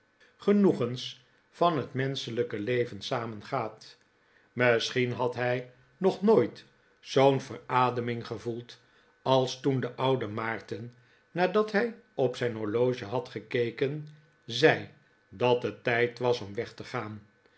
genoegens van het menschelijke leven samengaat misschien had hij nog nooit zoo'n verademing gevoeld als toen de oude maarten nadat hij op zijn horloge had gekeken zei dat het tijd was om weg te gaan